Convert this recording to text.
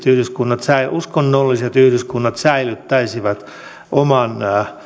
ja uskonnolliset yhdyskunnat aidosti säilyttäisivät oman